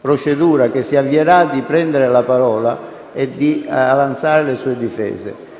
procedura che si avvierà, di prendere la parola e di avanzare le sue difese.